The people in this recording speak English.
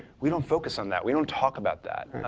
we don't focus on that. we don't talk about that,